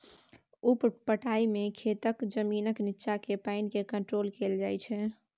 उप पटाइ मे खेतक जमीनक नीच्चाँ केर पानि केँ कंट्रोल कएल जाइत छै